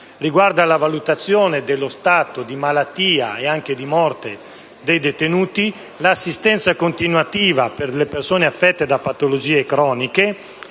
la valutazione dello stato di malattia e anche di morte dei detenuti, l'assistenza continuativa per le persone affette da patologie croniche